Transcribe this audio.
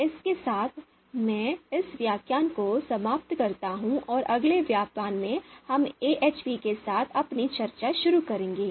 इसके साथ मैं इस व्याख्यान को समाप्त करता हूं और अगले व्याख्यान में हम AHP के साथ अपनी चर्चा शुरू करेंगे